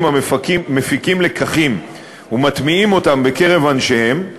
המפיקים לקחים ומטמיעים אותם בקרב אנשיהם,